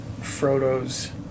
Frodo's